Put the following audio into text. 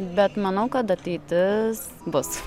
bet manau kad ateitis bus